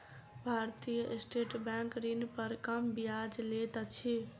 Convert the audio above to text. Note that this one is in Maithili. भारतीय स्टेट बैंक ऋण पर कम ब्याज लैत अछि